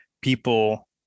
people